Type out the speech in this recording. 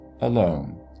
alone